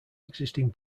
existing